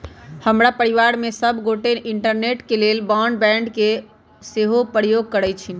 हमर परिवार में सभ गोटे इंटरनेट के लेल ब्रॉडबैंड के सेहो प्रयोग करइ छिन्ह